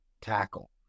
tackle